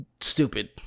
stupid